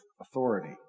authority